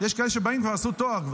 יש כאלה שבאים והם כבר עשו תואר.